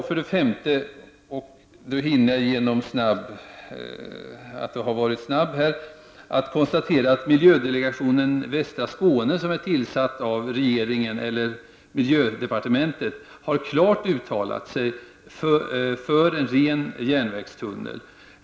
För det femte kan jag konstatera att miljödelegationen för västra Skåne som tillsattes av miljödepartementet klart har uttalat sig för enbart en järnvägstunnel.